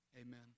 Amen